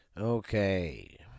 Okay